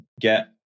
get